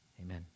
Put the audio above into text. Amen